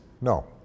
No